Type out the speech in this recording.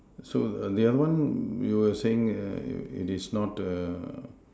so err the other one you were saying err it is not err